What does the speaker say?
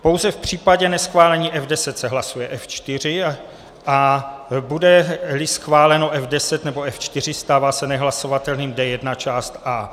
Pouze v případě neschválení F10 se hlasuje F4, a budeli schváleno F10 nebo F4, stává se nehlasovatelným D1 část A.